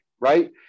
right